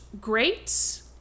great